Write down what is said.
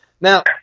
Now